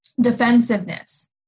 defensiveness